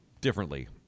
differently